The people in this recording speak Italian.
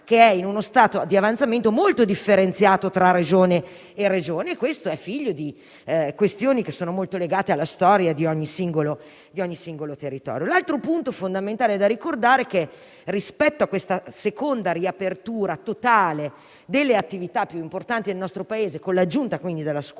che è in uno stato di avanzamento molto differenziato tra Regione e Regione e questo è figlio di questioni legate alla storia di ogni singolo territorio. L'altro punto fondamentale da ricordare è che, rispetto a questa seconda riapertura totale delle attività più importanti del nostro Paese, con l'aggiunta quindi della scuola,